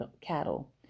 cattle